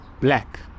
black